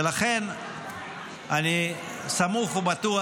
ולכן אני סמוך ובטוח,